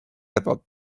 about